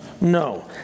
no